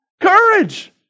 Courage